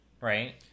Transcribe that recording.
right